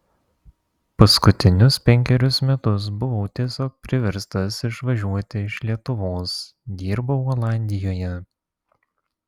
paskutinius penkerius metus buvau tiesiog priverstas išvažiuoti iš lietuvos dirbau olandijoje